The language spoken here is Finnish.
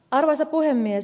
arvoisa puhemies